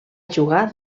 jugar